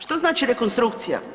Što znači rekonstrukcija?